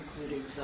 including